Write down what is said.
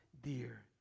dear